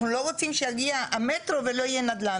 אנחנו לא רוצים שיגיע המטרו ולא יהיה נדל"ן.